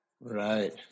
Right